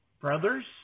brothers